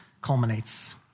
culminates